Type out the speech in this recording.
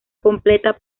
completa